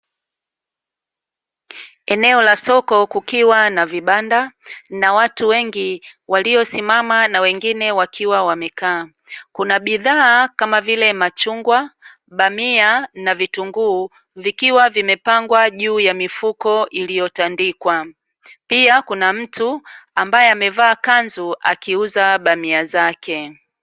Eneo la soko, kukiwa na vibanda, na watu wengi waliosimama na wengine wakiwa wamekaa, kuna bidhaa kama vile; machungwa, bamia na vitunguu vikiwa vimepangwa juu ya mifuko iliyotandikwa, pia kuna mtu ambaye amevaa kanzu akiuza bamia zake.